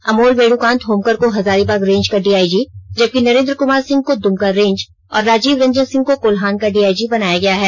अमोल वीणुकान्त होमकर को हजारीबाग रेंज का डीआईजी जबकि नरेन्द्र कुमार सिंह को दुमका रेंज और राजीव रंजन सिंह को कोल्हान का डीआईजी बनाया गया है